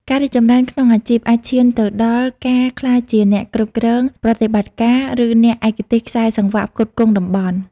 ការរីកចម្រើនក្នុងអាជីពអាចឈានទៅដល់ការក្លាយជាអ្នកគ្រប់គ្រងប្រតិបត្តិការ ឬអ្នកឯកទេសខ្សែសង្វាក់ផ្គត់ផ្គង់តំបន់។